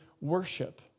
worship